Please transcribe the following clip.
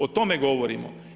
O tome govorimo.